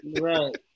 right